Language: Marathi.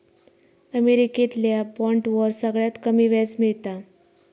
अमेरिकेतल्या बॉन्डवर सगळ्यात कमी व्याज मिळता